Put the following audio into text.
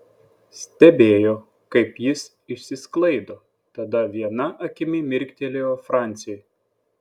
stebėjo kaip jis išsisklaido tada viena akimi mirktelėjo franciui